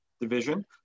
division